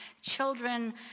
children